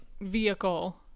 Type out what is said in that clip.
vehicle